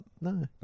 No